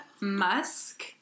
musk